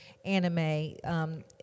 anime